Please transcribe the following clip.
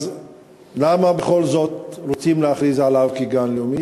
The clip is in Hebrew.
אז למה בכל זאת רוצים להכריז עליו כגן לאומי?